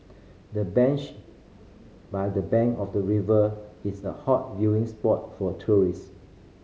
the bench by the bank of the river is a hot viewing spot for tourist